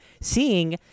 seeing